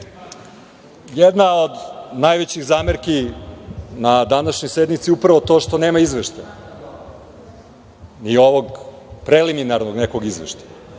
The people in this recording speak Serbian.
Hvala. Jedna od najvećih zamerki na današnjoj sednici je upravo to što nema izveštaja, ni ovog preliminarnog nekog izveštaja.